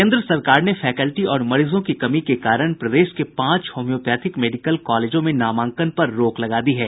केंद्र सरकार ने फैकेल्टी और मरीजों की कमी के कारण प्रदेश के पांच होमियापैथिक मेडिकल कॉलेजों में नामांकन पर रोक लगा दी है